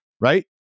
right